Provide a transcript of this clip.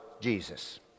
Jesus